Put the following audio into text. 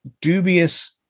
dubious